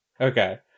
Okay